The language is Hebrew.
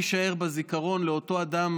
ובמקום להישאר בזיכרון לאותו אדם,